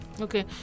Okay